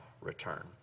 return